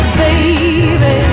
baby